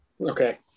Okay